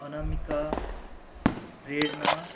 Anamika Prerana